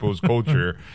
culture